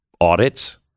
audits